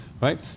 right